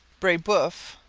brebeuf,